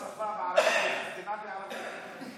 אפשר שביום השפה הערבית תנאם בערבית?